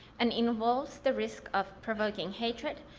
and involves the risk of provoking hatred,